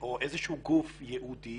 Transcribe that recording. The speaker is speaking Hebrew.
או איזשהו גוף ייעודי